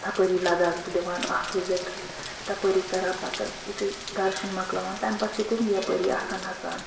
تَپٲری لَداخ تہِ دِوان اَکھ وِزِٹ تَپٲری کران پتہٕ یُتھٕے درشُن مَکلاوان تَمہِ پتہٕ چھِ تِم یَپٲری آسان نَژان